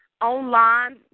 online